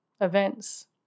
events